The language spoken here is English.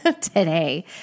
today